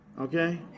okay